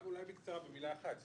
אולי בקצרה במילה אחת.